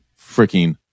freaking